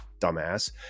dumbass